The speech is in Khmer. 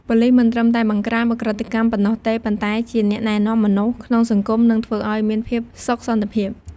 ប៉ូលីសមិនត្រឹមតែបង្ក្រាបឧក្រិដ្ឋកម្មប៉ុណ្ណោះទេ ប៉ុន្តែជាអ្នកណែនាំមនុស្សក្នុងសង្គម និងធ្វើអោយមានភាពសុខសន្តិភាព។